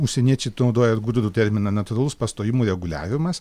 užsieniečiai to naudoja gudrų terminą natūralaus pastojimo reguliavimas